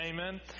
amen